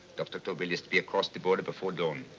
dr. tobel is to be across the border before dawn.